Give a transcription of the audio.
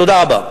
תודה רבה.